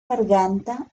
garganta